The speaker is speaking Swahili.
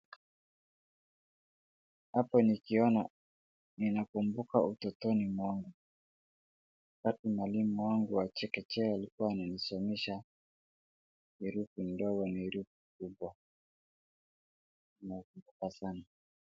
Hapa nikiona ninakumbuka utotoni mwangu, wakati mwalimu wangu wa chekechea alikuwa ananisomesha herufi ndogo na herifi kubwa. Naikumbuka sana.